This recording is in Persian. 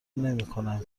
نمیکنم